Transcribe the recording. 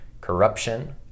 corruption